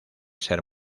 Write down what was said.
ser